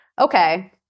okay